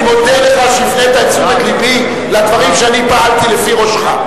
אני מודה לך שהפנית את תשומת לבי לדברים שאני פעלתי לפי ראשך.